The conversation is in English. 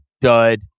dud